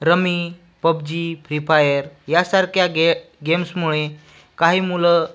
rummy PUBG free fire यासारख्या गे गेम्समुळे काही मुलं